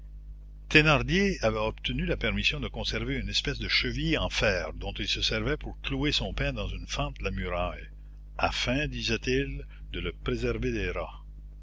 thénardier avait obtenu la permission de conserver une espèce de cheville en fer dont il se servait pour clouer son pain dans une fente de la muraille afin disait-il de le préserver des rats